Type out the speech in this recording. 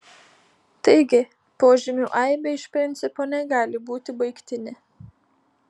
taigi požymių aibė iš principo negali būti baigtinė